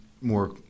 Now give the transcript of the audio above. more